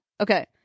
Okay